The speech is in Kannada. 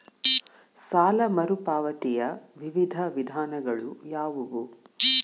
ಸಾಲ ಮರುಪಾವತಿಯ ವಿವಿಧ ವಿಧಾನಗಳು ಯಾವುವು?